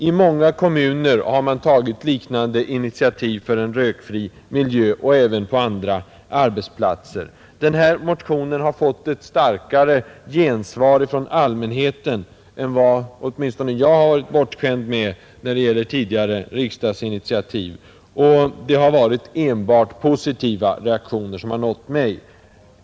I många kommuner har man tagit liknande initiativ för en rökfri miljö, och även på andra arbetsplatser. Den här motionen har fått ett starkare gensvar från allmänheten än vad åtminstone jag har varit bortskämd med när det gäller tidigare riksdagsinitiativ, och det har varit enbart positiva reaktioner som har nått mig.